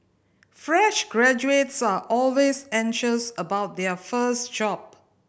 fresh graduates are always anxious about their first job